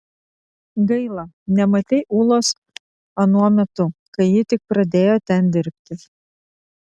gaila nematei ulos anuo metu kai ji tik pradėjo ten dirbti